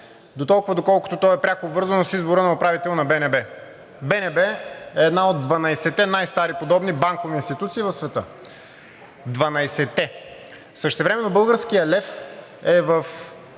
дотолкова, доколкото то е пряко обвързано с избора на управител на БНБ. БНБ е една от 12-те най-стари подобни банкови институции в света. Дванадесетте! Същевременно българският лев е в